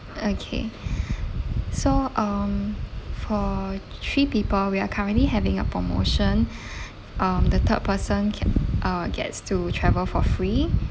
okay so um for three people we are currently having a promotion um the third person can uh gets to travel for free